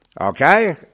Okay